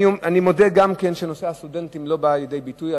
אני מודה גם כן שנושא הסטודנטים לא בא לידי ביטוי.